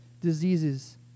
diseases